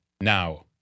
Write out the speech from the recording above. now